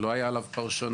שלא היה עליו פרשנות,